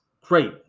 great